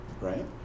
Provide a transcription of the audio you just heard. right